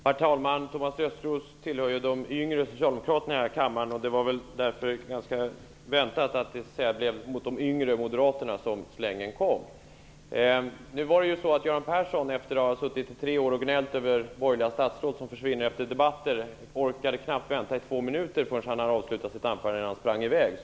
Herr talman! Thomas Östros tillhör de yngre socialdemokraterna här i kammaren. Därför var det ganska väntat att slängen riktade sig mot de yngre moderaterna. Göran Persson har suttit här och gnällt i tre år över att borgerliga statsråd försvinner under debatterna. Göran Persson orkade knappt vänta två minuter efter det att han hade avslutat sitt anförande innan han sprang i väg.